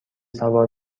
سوار